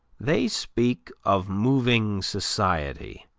they speak of moving society,